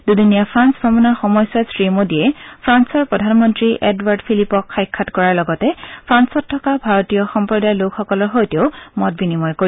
দুদিনীয়া ফ্ৰান্স ভ্ৰমণৰ সময়ছোৱাত শ্ৰীমোদীয়ে ফ্ৰান্সৰ প্ৰধানমন্ত্ৰী এডৱাৰ্ড ফিলিপক সাক্ষাৎ কৰাৰ লগতে ফ্ৰালত থকা ভাৰতীয় সম্প্ৰদায়ৰ লোকসকলৰ সৈতেও মত বিনিময় কৰিব